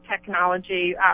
technology